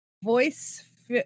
Voice